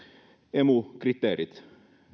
emu kriteerit